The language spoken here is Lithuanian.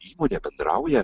įmonė bendrauja